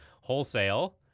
wholesale